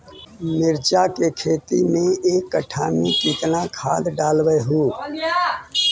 मिरचा के खेती मे एक कटा मे कितना खाद ढालबय हू?